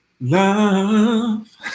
Love